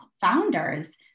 founders